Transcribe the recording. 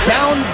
Down